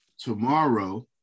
tomorrow